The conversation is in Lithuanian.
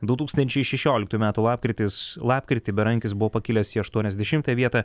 du tūkstančiai šešioliktųjų metų lapkritis lapkritį berankis buvo pakilęs į aštuoniasdešimtą vietą